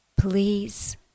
please